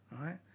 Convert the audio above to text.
right